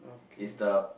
is the